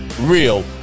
real